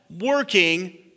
working